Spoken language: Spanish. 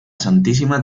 santísima